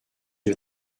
you